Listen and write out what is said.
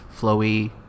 flowy